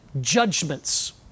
judgments